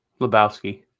Lebowski